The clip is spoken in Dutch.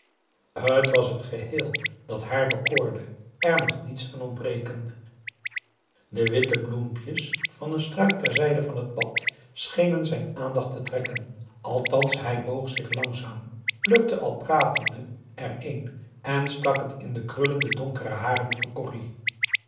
t was het geheel dat haar bekoorde er mocht niets aan ontbreken p a daum hoe hij raad van indië werd onder ps maurits de witte bloempjes van een struik ter zijde van t pad schenen zijn aandacht te trekken althans hij boog zich langzaam plukte al pratende er een en stak het in de krullende donkere haren van corrie